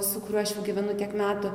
su kuriuo aš jau gyvenu tiek metų